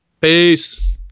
Peace